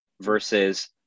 versus